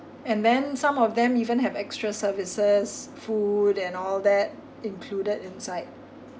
and then some of them even have extra services food and all that included inside